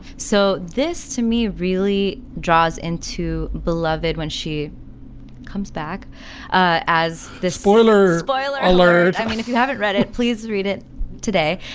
so this to me really draws in to beloved when she comes back as the spoiler. spoiler alert. if you haven't read it, please read it today.